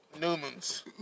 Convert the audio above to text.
Newman's